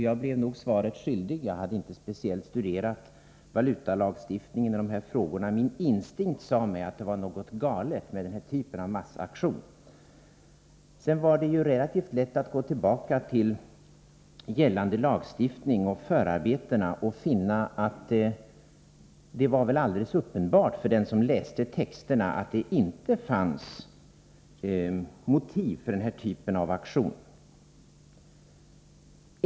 Jag blev nog svaret skyldig; jag hade inte speciellt studerat valutalagstiftningen när det gäller de här frågorna. Min instinkt sade mig att det var något galet med den här typen av massaktion. Sedan var det relativt lätt att gå tillbaka till gällande lagstiftning och förarbetena och finna att det var alldeles uppenbart för den som läste texterna att det inte fanns motiv för den här typen av aktion.